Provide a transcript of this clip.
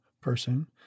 person